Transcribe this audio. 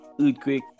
earthquake